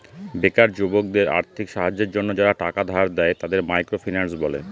বেকার যুবকদের আর্থিক সাহায্যের জন্য যারা টাকা ধার দেয়, তাদের মাইক্রো ফিন্যান্স বলে